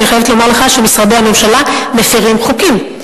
אני חייבת לומר לך שמשרדי הממשלה מפירים חוקים.